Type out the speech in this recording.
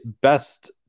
best